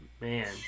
man